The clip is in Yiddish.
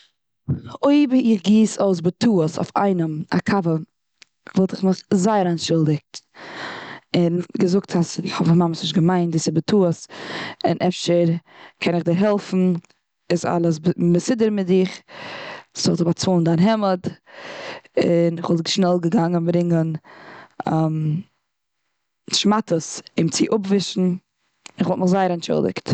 איב איך גיס אויס בטעות אויף איינעם א קאווע, וואלט איך מיך זייער אנטשולדיגט. און געזאגט אז כ'האב עס ממש נישט געמיינט, דאס איז א טעות. און אפשר קען איך דער העלפן? איז אלעס מסודר מיט דיך? זאל איך דיר באצאלן דיין העמד? און איך וואלט שנעל געגאנגען ברענגען שמאטעס אים צו אפווישן. און איך וואלט מיך זייער אנטשולדיגט.